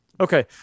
okay